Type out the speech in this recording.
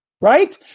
Right